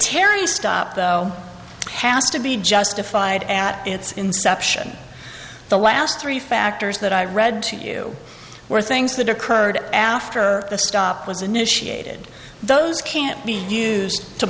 terry stop though has to be justified at its inception the last three factors that i read to you were things that occurred after the stop was initiated those can be used to